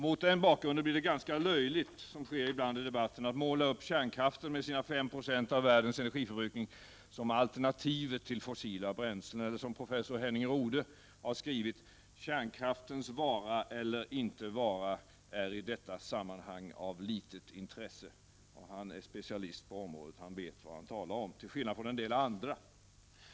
Mot den bakgrunden blir det ganska löjligt, som sker ibland i debatten, att måla upp kärnkraften med sina 5 90 av världens energiproduktion som alternativet till fossila bränslen, eller som professor Henning Rodhe har skrivit: Kärnkraftens vara eller inte vara är i detta sammanhang av litet intresse. Han är specialist på området. Han vet vad han talar om, till skillnad från en del andra.